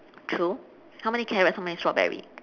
true how many carrots how many strawberry